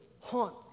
haunt